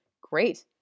great